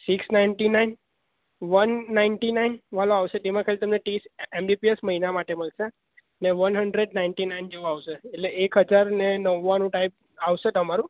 six ninety nine one ninety નાઇનવાળો આવશે તેમાં ખાલી તમે ત્રીસ એમબીપીએસ મહિના માટે મળશે અને વન હન્ડ્રેડ નાઈન્ટી નાઇન જેવું આવશે એટલે એક હજાર ને નવ્વાણું ટાઈપ આવશે તમારું